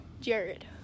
Jared